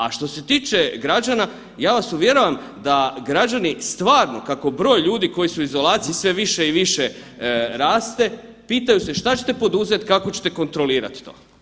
A što se tiče građana, ja vas uvjeravam da građani stvarno kako broj ljudi koji su u izolaciji sve više i više raste pitaju se šta ćete poduzet, kako ćete kontrolirat to?